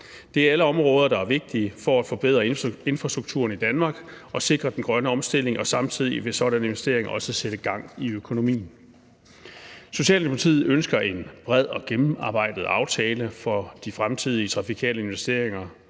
Det er alle områder, der er vigtige for at forbedre infrastrukturen i Danmark og sikre den grønne omstilling, og samtidig vil sådan en investering sætte gang i økonomien. Socialdemokratiet ønsker en bred og gennemarbejdet aftale for de fremtidige trafikale investeringer,